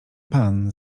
pan